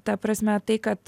ta prasme tai kad